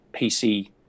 PC